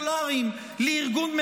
שמאלן",